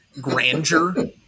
grandeur